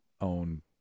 own